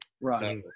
right